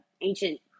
ancient